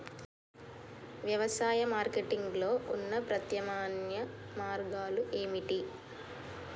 వ్యవసాయ మార్కెటింగ్ లో ఉన్న ప్రత్యామ్నాయ మార్గాలు ఏమిటి?